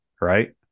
Right